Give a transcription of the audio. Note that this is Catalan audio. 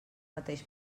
mateix